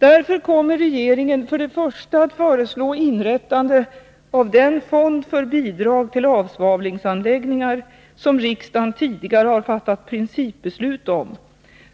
Därför kommer regeringen för det första att föreslå inrättande av den fond för bidrag till avsvavlingsanläggningar som riksdagen tidigare fattat principbeslut om.